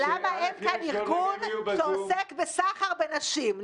למה אין כאן ארגון שעוסק בסחר בנשים?